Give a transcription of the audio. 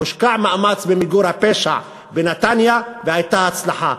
הושקע מאמץ למיגור הפשע בנתניה והייתה הצלחה.